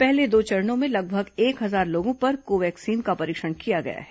पहले दो चरणों में लगभग एक हजार लोगों पर वैक्सीन का परीक्षण किया गया है